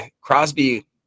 Crosby